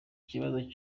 kibazo